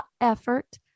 effort